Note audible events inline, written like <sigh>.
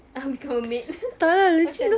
apa maid <laughs> macam